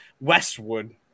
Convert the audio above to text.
Westwood